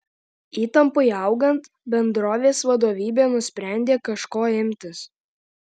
įtampai augant bendrovės vadovybė nusprendė kažko imtis